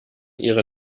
ihre